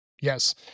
Yes